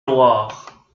loire